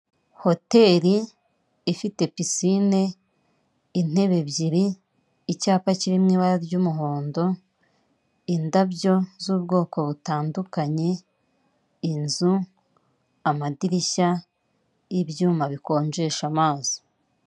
Hoteri ifite pisine intebe ebyiri icyapa kiri mwibara ry'umuhondo indabyo z'ubwoko butandukanye inzu amadirishya nibyuma bikonjesha amazi.